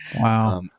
Wow